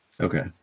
Okay